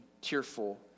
tearful